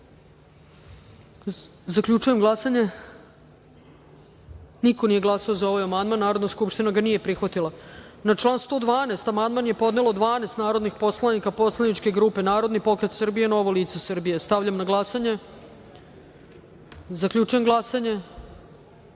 amandman. Zaključujem glasanje: niko nije glasao za ovaj amandman. Narodna skupština ga nije prihvatila. Na član 86. amandman je podnelo 12 narodnih poslanika poslaničke grupe Narodni pokret Srbije – Novo lice Srbije. Stavljam na glasanje ovaj amandman. Zaključujem glasanje: